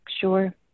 Sure